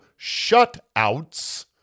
shutouts